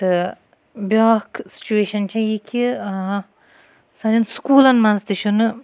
تہٕ بیاکھ سچُویشَن چھِ یہِ کہِ سانٮ۪ن سُکوٗلَن مَنٛز تہِ چھُنہٕ